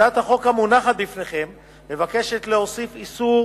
הצעת החוק המונחת בפניכם מבקשת להוסיף איסור